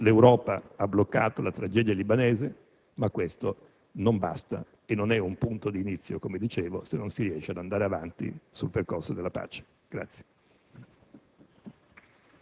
L'Europa ha bloccato la tragedia libanese, ma questo non basta, non è che un punto di inizio se non si riesce ad andare avanti sul percorso della pace.